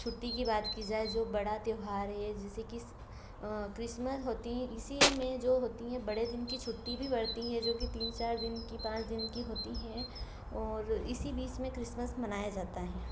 छुट्टी कि बात कि जाए जो बड़ा त्योहार है जिसे कि क्रिसमस होती हैं इसी में जो होती है बड़े दिन कि छुट्टी भी पड़ती है जो कि तीन चार दिन कि पाँच दिन कि होती है और इसी बीच में क्रिसमस मनाया जाता है